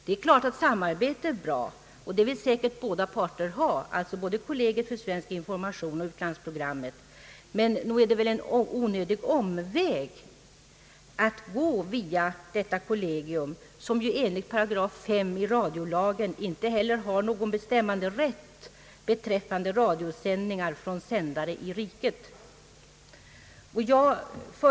Det är klart att samarbete är bra, och det vill säkert båda parter ha — alliså både Kollegiet för Sverigeinformation och UTP — men nog är det väl en onödig omväg att gå via detta kollegium, som ju enligt 8 5 i radiolagen inte heller har någon bestämmanderätt beträffande radiosändningar från sändare i riket.